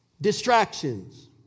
Distractions